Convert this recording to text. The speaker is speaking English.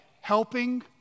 helping